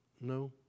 No